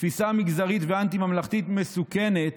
תפיסה מגזרית ואנטי-ממלכתית מסוכנת,